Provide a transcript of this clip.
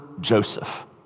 Joseph